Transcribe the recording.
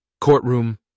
Courtroom